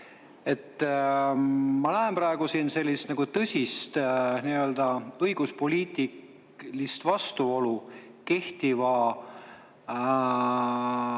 Ma näen praegu siin sellist tõsist õiguspoliitilist vastuolu kehtiva